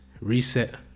reset